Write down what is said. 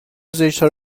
زشتها